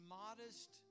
modest